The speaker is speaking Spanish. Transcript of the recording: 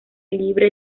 libre